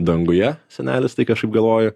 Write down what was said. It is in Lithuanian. danguje senelis tai kažkaip galvoju